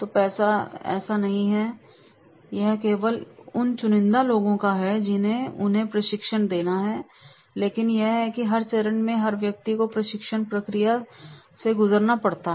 तो ऐसा नहीं है यह केवल उन चुनिंदा लोगों का है जिन्हें उन्हें प्रशिक्षण देना है लेकिन यह है कि हर चरण में हर व्यक्ति को प्रशिक्षण प्रक्रिया से गुजरना पड़ता है